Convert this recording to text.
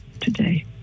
today